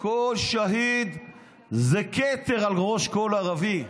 כל שהיד זה כתר על ראש כל ערבי.